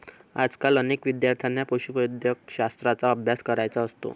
आजकाल अनेक विद्यार्थ्यांना पशुवैद्यकशास्त्राचा अभ्यास करायचा असतो